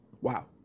Wow